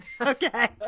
Okay